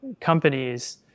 companies